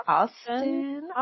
Austin